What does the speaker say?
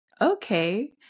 Okay